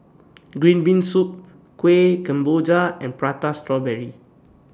Green Bean Soup Kueh Kemboja and Prata Strawberry